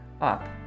up